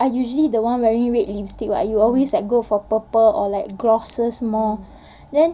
I usually the one wearing red lipstick what you always like go for purple or like glosses more then